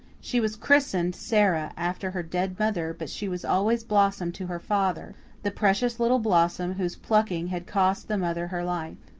she was christened sara, after her dead mother, but she was always blossom to her father the precious little blossom whose plucking had cost the mother her life.